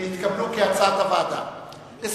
כהצעת הוועדה, נתקבלו.